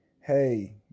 Hey